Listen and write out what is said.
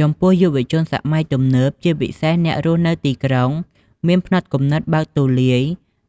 ចំពោះយុវជនសម័យទំនើប ជាពិសេសអ្នករស់នៅទីក្រុង មានផ្នត់គំនិតបើកទូលាយ